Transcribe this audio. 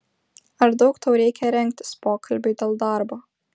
ar daug tau reikia rengtis pokalbiui dėl darbo